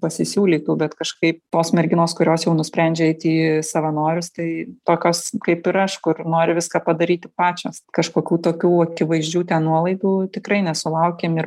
pasisiūlytų bet kažkaip tos merginos kurios jau nusprendžia eit į savanorius tai tokios kaip ir aš kur nori viską padaryti pačios kažkokių tokių akivaizdžių ten nuolaidų tikrai nesulaukėm ir